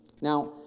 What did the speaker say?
Now